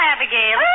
Abigail